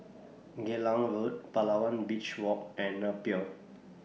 Geylang Road Palawan Beach Walk and Napier